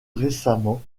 récemment